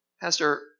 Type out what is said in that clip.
Pastor